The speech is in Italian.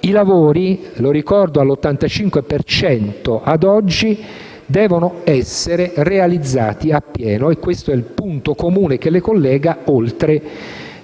i lavori - lo ricordo, all'85 per cento ad oggi - devono essere realizzati appieno. Questo è il punto comune che le collega, oltre